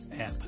app